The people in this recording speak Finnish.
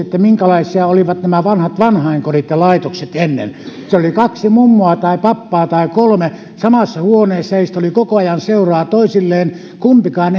minkälaisia olivat nämä vanhat vanhainkodit ja laitokset ennen siellä oli kaksi tai kolme mummua tai pappaa samassa huoneessa ja heistä oli koko ajan seuraa toisilleen kumpikaan